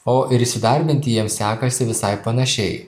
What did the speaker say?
o ir įsidarbinti jiems sekasi visai panašiai